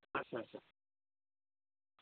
अच्छा अच्छा